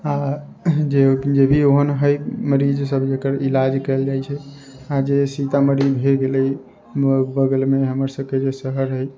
आओर जे जे भी ओहेन हय मरीज सब एकर इलाज कयल जाइ छै आओर जे सीतामढ़ी भऽ गेलै बगलमे हमर सबके जे शहर हय